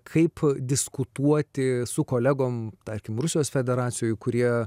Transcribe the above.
kaip diskutuoti su kolegom tarkim rusijos federacijoj kurie